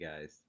guys